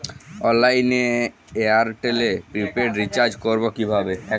অনলাইনে এয়ারটেলে prepaid recharge করবো কিভাবে?